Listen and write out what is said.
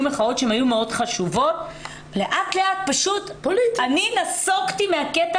מחאות מאוד חשובות אבל לאט לאט פשוט אני נסוגתי מהקטע